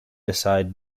decide